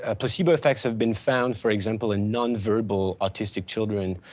ah placebo effects have been found, for example, in nonverbal autistic children,